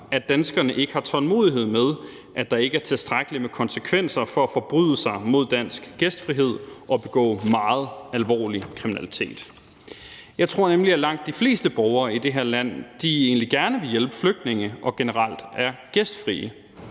at danskerne ikke har tålmodighed med, at der ikke er tilstrækkeligt med konsekvenser af at forbryde sig mod dansk gæstfrihed og begå meget alvorlig kriminalitet. Jeg tror nemlig, at langt de fleste borgere i det her land egentlig gerne vil hjælpe flygtninge og generelt er gæstfrie,